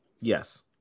Yes